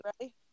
ready